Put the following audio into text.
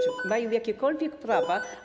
Czy mają jakiekolwiek prawa?